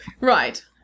Right